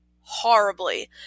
horribly